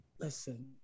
Listen